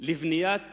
לבניית